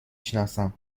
شناسم